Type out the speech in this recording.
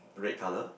red colour